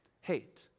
hate